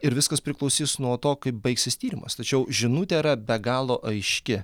ir viskas priklausys nuo to kaip baigsis tyrimas tačiau žinutė yra be galo aiški